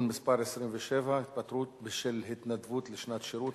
מס' 27) (התפטרות בשל התנדבות לשנת שירות),